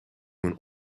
mijn